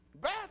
Bad